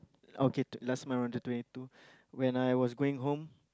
okay two last month on the twenty two when I was going home